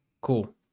cool